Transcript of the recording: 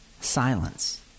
Silence